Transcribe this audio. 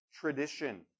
tradition